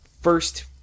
first